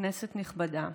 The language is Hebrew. כנסת נכבדה,